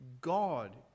God